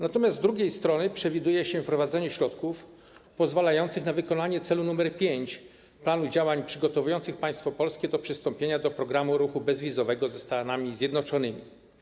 Natomiast z drugiej strony przewiduje się wprowadzenie środków pozwalających na wykonanie celu nr 5, czyli planu działań przygotowujących państwo polskie do przystąpienia do programu ruchu bezwizowego ze Stanami Zjednoczonymi.